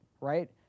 right